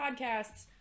podcasts